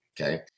okay